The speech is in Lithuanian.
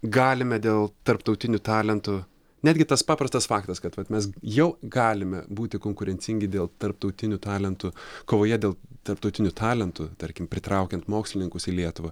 galime dėl tarptautinių talentų netgi tas paprastas faktas kad vat mes jau galime būti konkurencingi dėl tarptautinių talentų kovoje dėl tarptautinių talentų tarkim pritraukiant mokslininkus į lietuvą